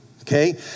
okay